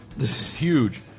Huge